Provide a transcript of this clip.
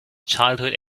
childhood